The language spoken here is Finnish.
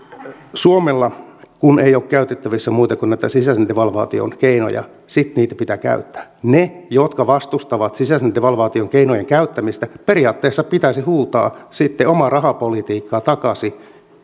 suomella ei ole käytettävissä muita kuin näitä sisäisen devalvaation keinoja sitten niitä pitää käyttää niiden jotka vastustavat sisäisen devalvaation keinojen käyttämistä periaatteessa pitäisi huutaa sitten omaa rahapolitiikkaa takaisin